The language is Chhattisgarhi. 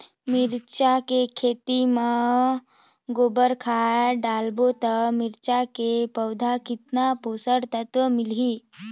मिरचा के खेती मां गोबर खाद डालबो ता मिरचा के पौधा कितन पोषक तत्व मिलही?